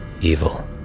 evil